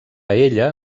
ella